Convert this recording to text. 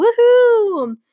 Woohoo